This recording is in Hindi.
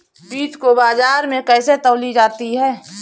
बीज को बाजार में कैसे तौली जाती है?